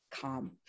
calm